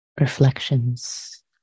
reflections